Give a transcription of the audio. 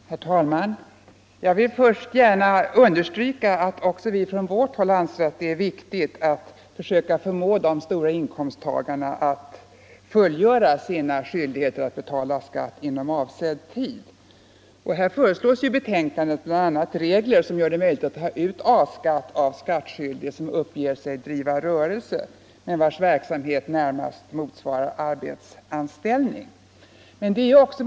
Herr talman! Jag vill gärna först understryka att också vi från vårt håll anser att det är viktigt att försöka förmå inkomsttagarna att fullgöra sina skyldigheter att betala skatt inom avsedd tid. I betänkandet föreslås bl.a. regler som gör det möjligt att ta ut A-skatt av skattskyldig som uppger sig driva rörelse men vars verksamhet närmast motsvarar arbetsanställning.